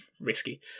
risky